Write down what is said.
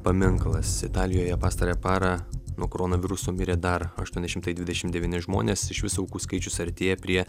paminklas italijoje pastarąją parą nuo koronaviruso mirė dar aštuoni šimtai dvidešimt devyni žmonės iš viso aukų skaičius artėja prie